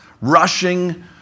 Rushing